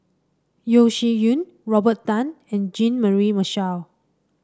Yeo Shih Yun Robert Tan and Jean Mary Marshall